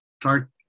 start